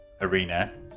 arena